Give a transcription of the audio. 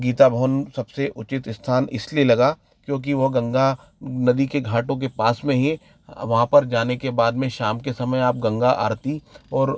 गीता भवन सबसे उचित स्थान इसलिए लगा क्योंकि वह गंगा नदी के घाटों के पास में ही है वहाँ पर जाने के बाद में शाम के समय आप गंगा आरती और